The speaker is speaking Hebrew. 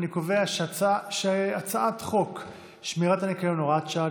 אני קובע שהצעת חוק שמירת הניקיון (הוראת שעה,